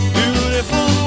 beautiful